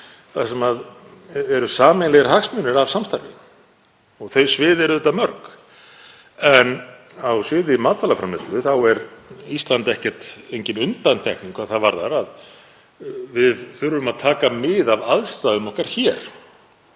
þar sem eru sameiginlegir hagsmunir af samstarfi. Þau svið eru auðvitað mörg en á sviði matvælaframleiðslu er Ísland engin undantekning hvað það varðar að við þurfum að taka mið af aðstæðum okkar hér